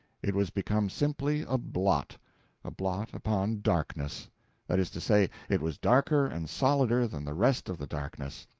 it was become simply a blot a blot upon darkness that is to say, it was darker and solider than the rest of the darkness,